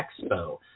Expo